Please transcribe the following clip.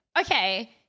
Okay